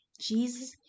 Jesus